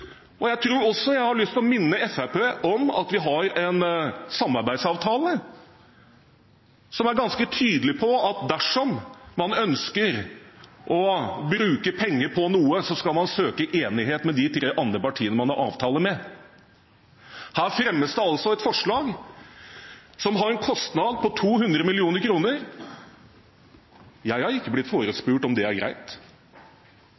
der. Jeg tror også jeg har lyst til å minne Fremskrittspartiet om at vi har en samarbeidsavtale som er ganske tydelig på at dersom man ønsker å bruke penger på noe, skal man søke enighet med de tre andre partiene man har avtale med. Her fremmes det altså et forslag som har en kostnad på 200 mill. kr. Jeg er ikke blitt